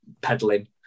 peddling